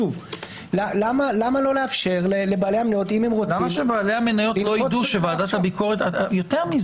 למה לא לאפשר לבעלי המניות אם הם רוצים --- יותר מזה.